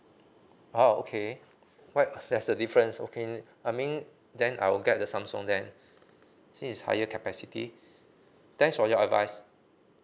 oh okay what there's a difference okay I mean then I'll get the Samsung then since is higher capacity thanks for your advice